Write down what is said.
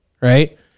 Right